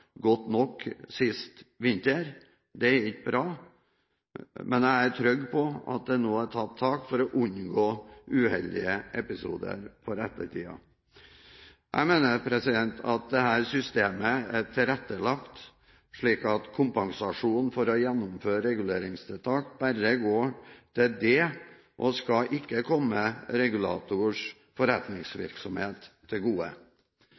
godt nok. Det er ikke bra, men jeg er trygg på at det nå er tatt tak for å unngå uheldige episoder for ettertiden. Jeg mener at dette systemet er tilrettelagt slik at kompensasjon for å gjennomføre reguleringstiltak bare går til dette og ikke skal komme regulatorens forretningsvirksomhet til gode.